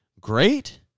great